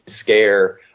scare